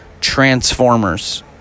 Transformers